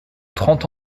trente